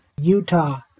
Utah